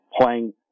playing